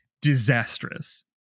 disastrous